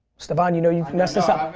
staphon, you know you've messed this up.